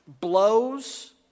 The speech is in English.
Blows